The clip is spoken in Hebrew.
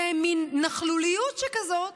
במין נכלוליות שכזאת,